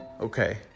Okay